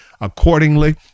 accordingly